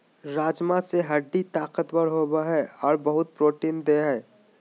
राजमा से हड्डी ताकतबर होबो हइ और बहुत प्रोटीन देय हई